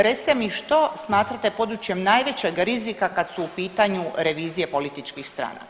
Recite mi što smatrate područjem najvećeg rizika kad su u pitanju revizije političkih stranaka?